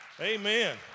Amen